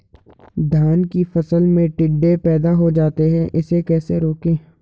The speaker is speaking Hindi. धान की फसल में टिड्डे पैदा हो जाते हैं इसे कैसे रोकें?